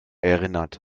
erinnert